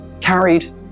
carried